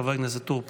חבר הכנסת טור פז.